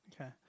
Okay